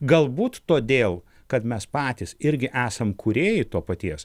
galbūt todėl kad mes patys irgi esam kūrėjai to paties